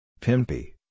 Pimpy